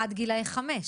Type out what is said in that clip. עד גילאי חמש.